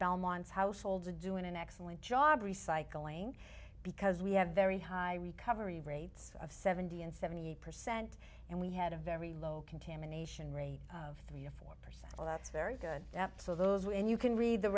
belmont households are doing an excellent job recycling because we have very high recovery rates of seventy and seventy percent and we had a very low contamination rate of three or four percent well that's very good so those when you can read the